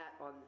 on